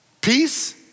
Peace